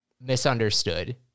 Misunderstood